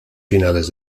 finales